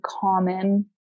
common